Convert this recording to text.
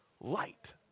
light